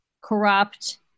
corrupt